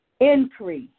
increase